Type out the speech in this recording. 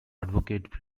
advocate